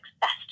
best